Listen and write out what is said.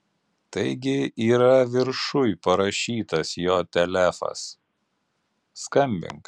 taigi yra viršuj parašytas jo telefas skambink